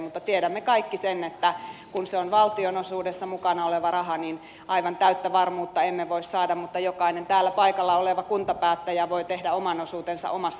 mutta tiedämme kaikki sen että kun se on valtionosuudessa mukana oleva raha niin aivan täyttä varmuutta emme voi saada mutta jokainen täällä paikalla oleva kuntapäättäjä voi tehdä oman osuutensa omassa kunnassaan